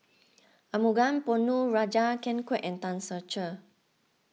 Arumugam Ponnu Rajah Ken Kwek and Tan Ser Cher